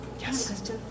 Yes